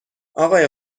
آقای